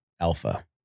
Alpha